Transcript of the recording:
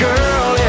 Girl